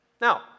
Now